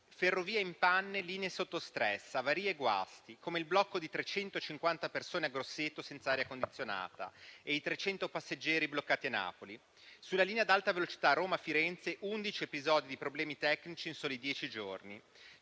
ferrovie in panne, linee sotto stress, avarie e guasti, come il blocco di 350 persone a Grosseto senza aria condizionata e i 300 passeggeri bloccati a Napoli; sulla linea ad Alta Velocità Roma-Firenze vi sono stati undici episodi di problemi tecnici in soli dieci giorni